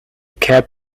cab